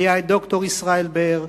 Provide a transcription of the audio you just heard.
היה ד"ר ישראל בר,